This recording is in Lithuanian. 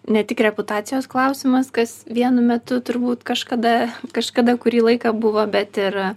ne tik reputacijos klausimas kas vienu metu turbūt kažkada kažkada kurį laiką buvo bet ir